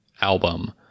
album